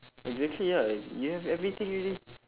exactly ya you have everything already